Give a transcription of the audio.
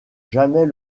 jamais